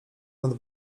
nad